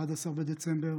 ב-11 בדצמבר